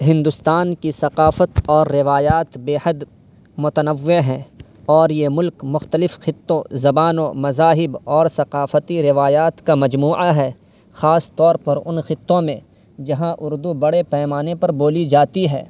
ہندوستان کی ثقافت اور روایات بےحد متنوع ہیں اور یہ ملک مختلف خطوں زبانوں مذاہب اور ثقافتی روایات کا مجموعہ ہے خاص طور پر ان خطوں میں جہاں اردو بڑے پیمانے پر بولی جاتی ہے